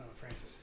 Francis